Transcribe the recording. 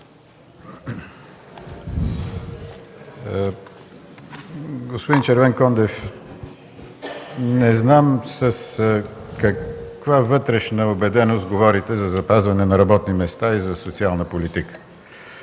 Господин Червенкондев, не знам с каква вътрешна убеденост говорите за запазване на работни места и за социална политика.